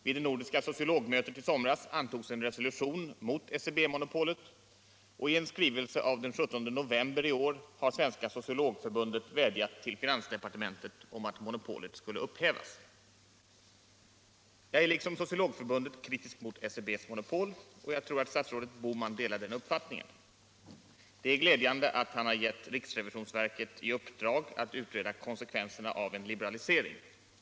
Vid det nordiska sociologmötet i somras antogs en resolution mot SCB-monopolet och i en skrivelse av den 17 november i år har det svenska sociologförbundet vädjat till finansdepartementet om att monopolet skall upphävas. Jag är liksom Sociologförbundet kritisk mot SCB:s monopol, och jag tror att statsrådet Bohman delar den uppfattningen. Det är glädjande att han har gett riksrevisionsverket i uppdrag att utreda konsekvenserna 5 stöd till industrins lagerhållning av en liberalisering.